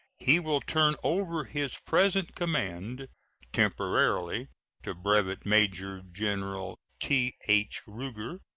he will turn over his present command temporarily to brevet major-general t h. ruger,